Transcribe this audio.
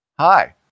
Hi